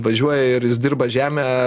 važiuoja ir jis dirba žemę